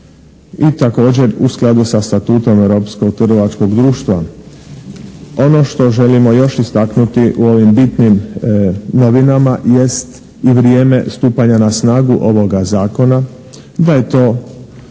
I također u skladu sa Statutom europskog trgovačkog društva. Ono što želimo još istaknuti u ovim bitnim novinama jest i vrijeme stupanja na snagu ovoga zakona, da je to 1.